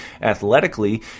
athletically